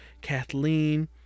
Kathleen